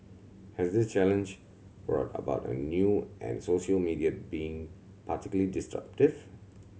has this challenge brought about a new and social media been particularly disruptive